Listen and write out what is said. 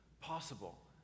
possible